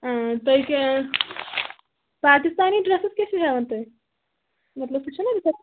اۭں تُہۍ پاکِستانی ڈرٛسٕز کیٛاہ چھُو ہٮ۪وان تُہۍ مطلب تُہۍ چھُو